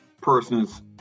persons